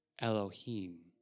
Elohim